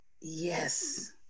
yes